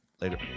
later